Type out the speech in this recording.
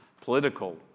political